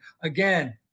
again